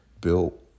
built